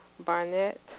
Barnett